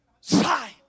Sigh